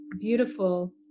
Beautiful